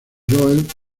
joel